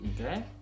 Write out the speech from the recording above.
Okay